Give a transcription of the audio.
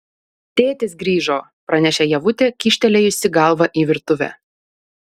tėtis grįžo pranešė ievutė kyštelėjusi galvą į virtuvę